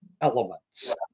elements